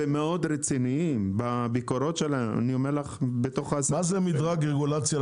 מה זה מדרג רגולציה?